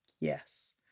yes